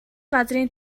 газрын